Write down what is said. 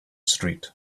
street